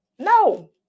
No